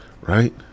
Right